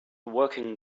working